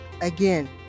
Again